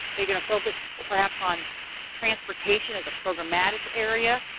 are you going to focus perhaps on transportation as a programmatic area?